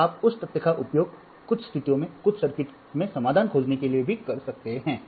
तो आप उस तथ्य का उपयोग कुछ स्थितियों में कुछ सर्किट में समाधान खोजने के लिए भी कर सकते हैं